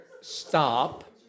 stop